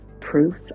Proof